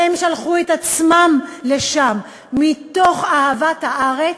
הם שלחו את עצמם לשם, מתוך אהבת הארץ,